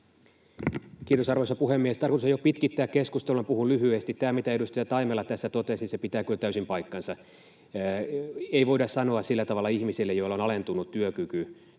Kiitos, arvoisa puhemies! Tarkoitus ei ole pitkittää keskustelua, ja puhun lyhyesti. — Tämä, mitä edustaja Taimela tässä totesi, pitää kyllä täysin paikkansa; ei voida sanoa ihmisille, joilla on alentunut työkyky